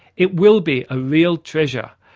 it will be a real treasure,